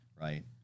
right